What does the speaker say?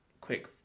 quick